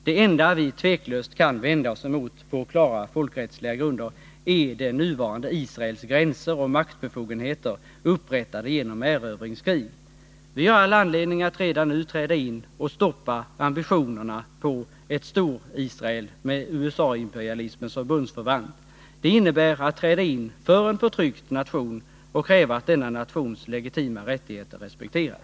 Det enda vi tveklöst kan vända oss emot på klara folkrättsliga grunder är det nuvarande Israels gränser och maktbefogenheter, upprättade genom erövringskrig. Vi har all anledning att redan nu träda in och stoppa ambitionerna på ett Storisrael med USA-imperialismen som bundsförvant. Det innebär att träda in för en förtryckt nation och kräva att denna nations legitima rättigheter respekteras.